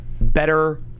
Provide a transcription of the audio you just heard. better